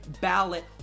ballot